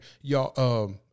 Y'all